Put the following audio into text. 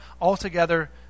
altogether